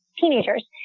teenagers